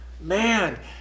Man